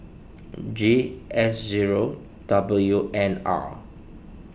G S zero W N R